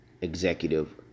executive